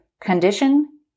condition